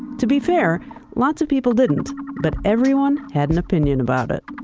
to be fair lots of people didn't but everyone had an opinion about it.